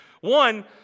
One